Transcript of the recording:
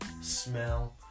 smell